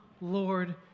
Lord